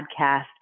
podcast